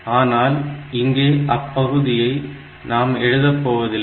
ஆனால் இங்கே அந்தப்பகுதியை நாம் எழுதப்போவதில்லை